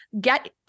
get